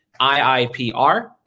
IIPR